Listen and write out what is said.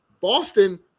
Boston